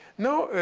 now,